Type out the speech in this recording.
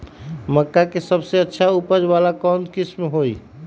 मक्का के सबसे अच्छा उपज वाला कौन किस्म होई?